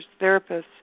therapists